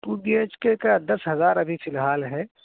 to B H K کا دس ہزار ابھی فی الحال ہے